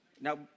Now